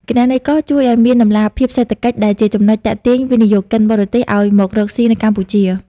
គណនេយ្យករជួយឱ្យមានតម្លាភាពសេដ្ឋកិច្ច ដែលជាចំណុចទាក់ទាញវិនិយោគិនបរទេសឱ្យមករកស៊ីនៅកម្ពុជា។